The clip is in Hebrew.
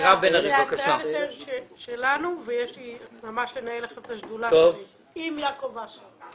אני צריכה לצאת לנהל את השדולה יחד עם יעקב אשר.